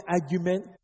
argument